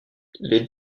les